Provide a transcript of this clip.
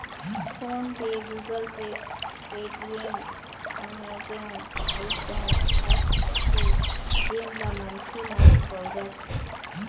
phone पे, Google Pay, Paytm, Amazon अइसन apps हे जेन ल मनखे मन बउरत हें